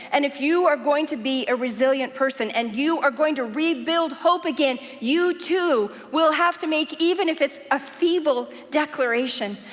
and if you are going to be a resilient person, and you are going to rebuild hope again, you too will have to make, even if it's a feeble declaration,